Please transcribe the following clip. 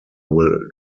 will